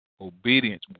Obedience